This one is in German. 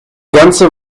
ganze